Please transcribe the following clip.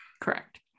Correct